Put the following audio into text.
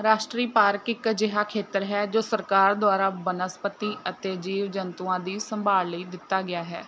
ਰਾਸ਼ਟਰੀ ਪਾਰਕ ਇੱਕ ਅਜਿਹਾ ਖੇਤਰ ਹੈ ਜੋ ਸਰਕਾਰ ਦੁਆਰਾ ਬਨਸਪਤੀ ਅਤੇ ਜੀਵ ਜੰਤੂਆਂ ਦੀ ਸੰਭਾਲ ਲਈ ਦਿੱਤਾ ਗਿਆ ਹੈ